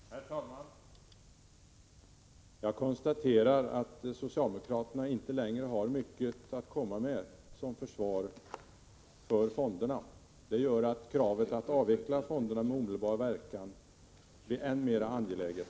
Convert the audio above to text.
Herr talman! Jag konstaterar att socialdemokraterna inte längre har mycket att komma med som försvar för fonderna. Det gör kravet att med omedelbar verkan avveckla fonderna än mer angeläget.